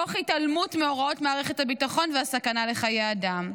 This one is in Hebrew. תוך התעלמות מהוראות מערכת הביטחון והסכנה לחיי אדם,